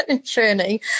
journey